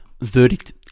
verdict